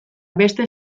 beste